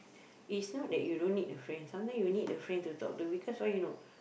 is not that you don't need a friend some time you need a friend to talk to because why you know